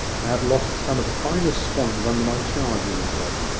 i have lost some of the finest swans under my charge in that way.